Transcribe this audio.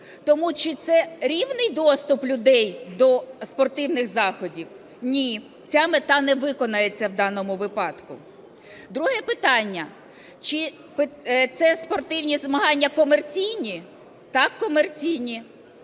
Тому чи це рівний доступ людей до спортивних заходів? Ні. Ця мета не виконається в даному випадку. Друге питання. Чи це спортивні змагання комерційні? Так, комерційні.